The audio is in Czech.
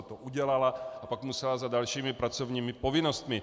To udělala a pak musela za dalšími pracovními povinnostmi.